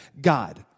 God